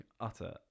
utter